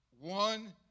one